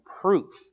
proof